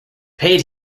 paid